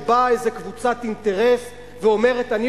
שבאה איזו קבוצת אינטרס ואומרת: אני